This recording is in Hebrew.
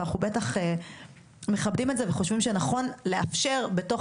ואנחנו בטח מכבדים את זה וחושבים שנכון לאפשר בתוך